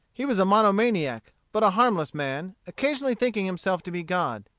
he was a mono-maniac, but a harmless man, occasionally thinking himself to be god.